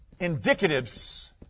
Indicatives